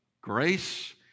grace